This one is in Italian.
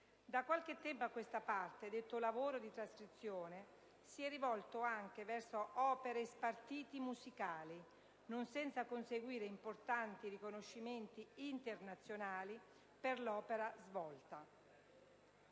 Da qualche tempo a questa parte, detto lavoro di trascrizione si è rivolto anche verso opere e spartiti musicali, non senza conseguire importanti riconoscimenti internazionali per l'opera svolta.